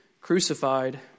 crucified